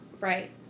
right